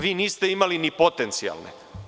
Vi niste imali ni potencijalne.